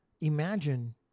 imagine